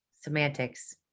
semantics